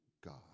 God